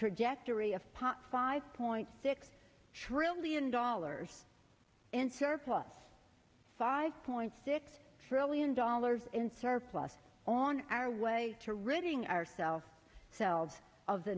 trajectory of pot five point six trillion dollars in surplus five point six trillion dollars in surplus on our way to ridding ourselves selves of the